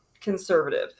conservative